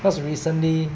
cause recently